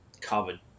covered